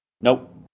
Nope